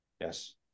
Yes